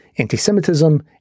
anti-Semitism